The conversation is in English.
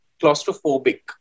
claustrophobic